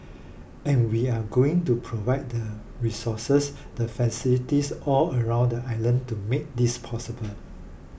and we are going to provide the resources the facilities all around the island to make this possible